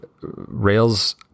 Rails